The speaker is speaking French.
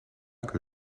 que